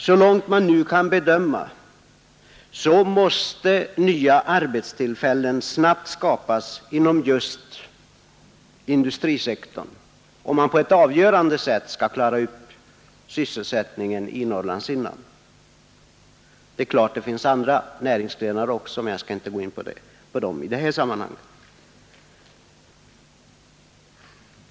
Så långt man nu kan bedöma måste nya arbetstillfällen snabbt skapas inom just industrisektorn om man på ett avgörande sätt skall klara upp sysselsättningsproblemet i Norrlands inland. Det är klart att det finns andra näringsgrenar också, men jag skall inte gå in på dem i detta sammanhang.